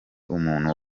umuntu